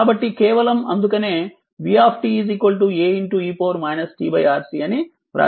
కాబట్టి కేవలం అందుకనే v A e tRC అని వ్రాసాను